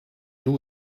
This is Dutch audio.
doe